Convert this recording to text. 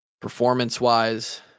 Performance-wise